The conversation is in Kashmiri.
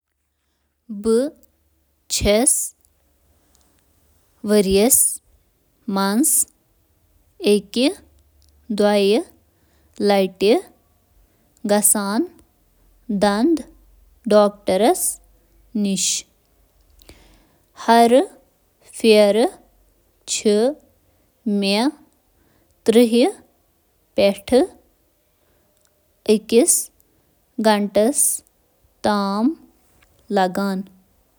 بہٕ چھُس/چھَس ؤرۍ یَس منٛز دۄیہِ لَٹہِ دنٛدن ہِنٛدِس ڈاکٹرَس نِش گژھان بہٕ چھُس/چھَس تَتہِ. نَمتھ. ترٕہ منٹ گُزاران۔